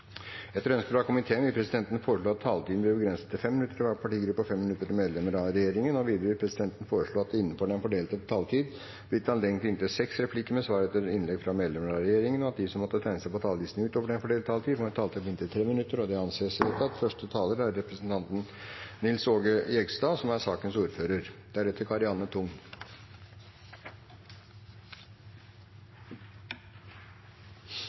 Etter ønske fra kirke-, utdannings- og forskningskomiteen vil presidenten foreslå at taletiden blir begrenset til 5 minutter til hver partigruppe og 5 minutter til medlemmer av regjeringen. Videre vil presidenten foreslå at det – innenfor den fordelte taletid – blir gitt anledning til inntil seks replikker med svar etter innlegg fra medlemmer av regjeringen, og at de som måtte tegne seg på talerlisten utover den fordelte taletid, får en taletid på inntil 3 minutter. – Det anses vedtatt. Som